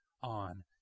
on